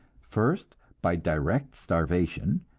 first, by direct starvation,